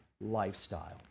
lifestyle